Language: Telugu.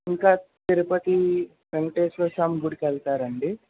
ఇంకా తిరుపతి వెంకటేశ్వర స్వామి గుడికి వెళ్తారు అండి